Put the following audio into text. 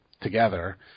together